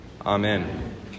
Amen